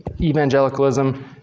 evangelicalism